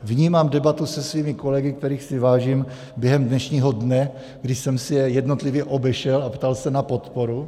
Vnímám debatu se svými kolegy, kterých si vážím, během dnešního dne, kdy jsem si je jednotlivě obešel a ptal se na podporu.